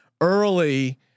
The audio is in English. early